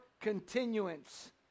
continuance